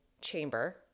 chamber